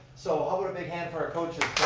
so how about a big hand for our coaches.